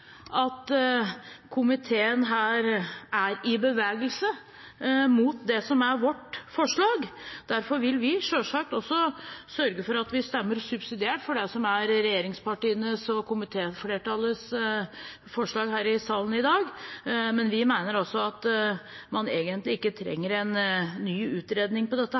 at komiteen her er i bevegelse mot det som er vårt forslag. Derfor vil vi selvsagt også sørge for at vi stemmer subsidiært for det som er regjeringspartienes og komitéflertallets forslag her i salen i dag, men vi mener at man egentlig ikke trenger en ny utredning av dette.